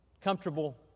comfortable